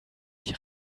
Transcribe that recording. die